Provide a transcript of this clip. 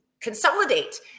consolidate